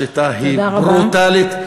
השיטה היא ברוטלית,